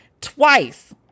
twice